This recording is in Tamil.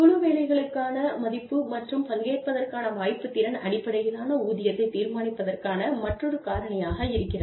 குழு வேலைக்கான மதிப்பு மற்றும் பங்கேற்பதற்கான வாய்ப்பு திறன் அடிப்படையிலான ஊதியத்தை தீர்மானிப்பதற்கான மற்றொரு காரணியாக இருக்கிறது